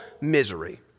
misery